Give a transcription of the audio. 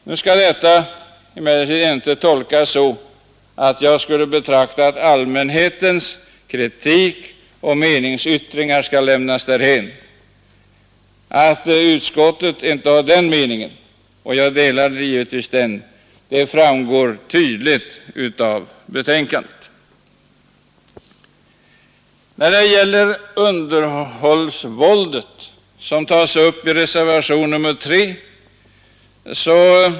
Nu skall detta inte tolkas som om jag skulle anse att allmänhetens kritik och meningsyttringar skall lämnas därhän. Att utskottet inte är av den meningen framgår tydligt av betänkandet, och jag delar givetvis utskottets uppfattning. Underhållningsvåldet tas upp i reservationen 3.